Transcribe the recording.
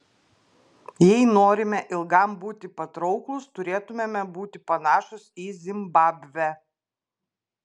jei norime ilgam būti patrauklūs turėtumėme būti panašūs į zimbabvę